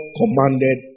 commanded